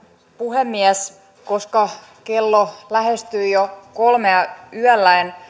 puhemies koska kello lähestyy jo kolmea yöllä en